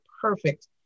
perfect